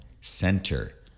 center